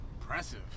impressive